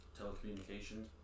telecommunications